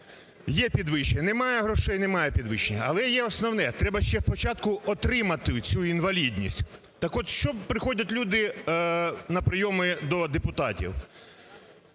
є підвищення, немає грошей – немає підвищення. Але є основне, треба ще спочатку отримати оцю інвалідність. Так от що приходять люди на прийоми до депутатів.